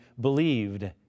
believed